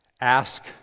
ask